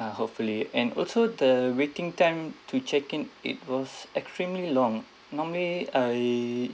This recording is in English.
ah hopefully and also the waiting time to check in it was extremely long normally I